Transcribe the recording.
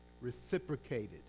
reciprocated